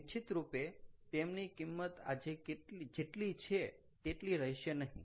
નિશ્વિતરૂપે તેમની કિંમત આજે જેટલી છે તેટલી રહેશે નહીં